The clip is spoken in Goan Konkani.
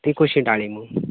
तें कशी डाळींब